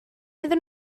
iddyn